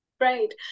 Great